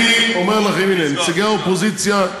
אני אומר לכם, נציגי האופוזיציה,